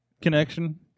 connection